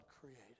created